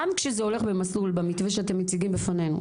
גם כשזה הולך במסלול במתווה שאתם מציגים בפנינו,